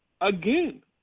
again